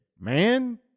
man